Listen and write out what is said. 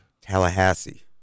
Tallahassee